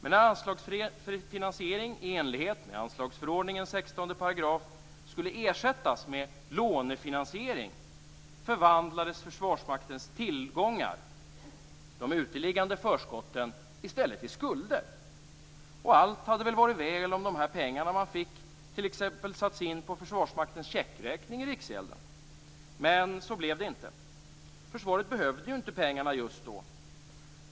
När anslagsfinansiering i enlighet med anslagsförordningens 16 § skulle ersättas med lånefinansiering förvandlades Försvarsmaktens tillgångar - de uteliggande förskotten - i stället till skulder. Allt hade väl varit väl om de pengar som man fick t.ex. satts in på Försvarsmaktens checkräkning i riksgälden. Men så blev det inte. Försvaret behövde ju inte pengarna just då.